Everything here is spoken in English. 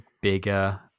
bigger